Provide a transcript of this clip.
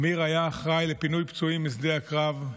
אמיר היה אחראי לפינוי פצועים משדה הקרב,